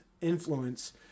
influence